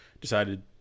decided